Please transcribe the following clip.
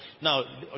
Now